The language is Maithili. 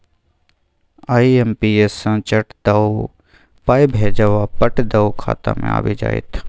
आई.एम.पी.एस सँ चट दअ पाय भेजब आ पट दअ खाता मे आबि जाएत